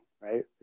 right